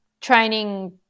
training